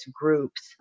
groups